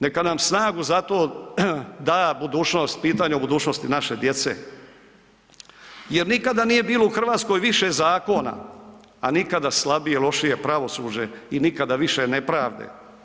Neka nam snagu za to da budućnost, pitanje o budućnosti naše djece jer nikada nije bilo u RH više zakona, a nikada slabije i lošije pravosuđe i nikada više nepravde.